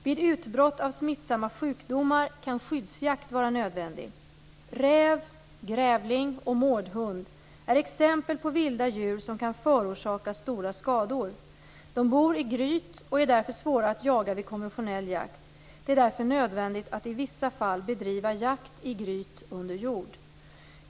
Vid utbrott av smittsamma sjukdomar kan skyddsjakt vara nödvändig. Räv, grävling och mårdhund är exempel på vilda djur som kan förorsaka stora skador. De bor i gryt och är därför svåra att jaga vid konventionell jakt. Det är därför nödvändigt att i vissa fall bedriva jakt i gryt under jord.